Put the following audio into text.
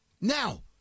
Now